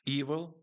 evil